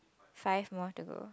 five more to go